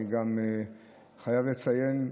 אני גם חייב לציין,